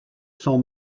son